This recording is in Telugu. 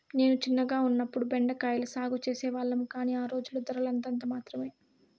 నేను చిన్నగా ఉన్నప్పుడు బెండ కాయల సాగు చేసే వాళ్లము, కానీ ఆ రోజుల్లో ధరలు అంతంత మాత్రమె